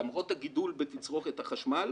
למרות הגידול בתצרוכת החשמל.